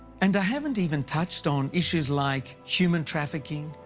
and i haven't even touched on issues like human trafficking,